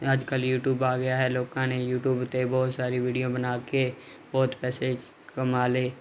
ਅੱਜ ਕੱਲ ਯੂਟਿਊਬ ਆ ਗਿਆ ਹੈ ਲੋਕਾਂ ਨੇ ਯੂਟਿਊਬ ਤੇ ਬਹੁਤ ਸਾਰੀ ਵੀਡੀਓ ਬਣਾ ਕੇ ਬਹੁਤ ਪੈਸੇ ਕਮਾ ਲਏ